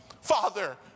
Father